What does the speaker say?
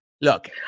Look